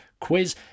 quiz